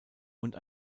und